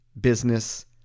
Business